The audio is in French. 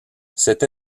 cette